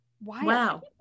Wow